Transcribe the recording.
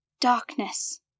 darkness